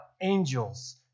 angels